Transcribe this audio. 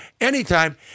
anytime